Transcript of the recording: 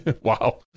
Wow